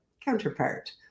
counterpart